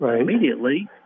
immediately